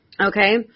Okay